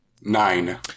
Nine